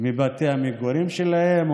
מבתי המגורים שלהם.